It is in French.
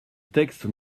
texte